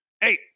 hey